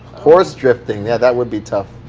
horse drifting. yeah, that would be tough.